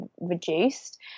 Reduced